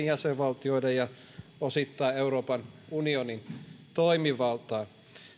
jäsenvaltioiden ja osittain euroopan unionin toimivaltaan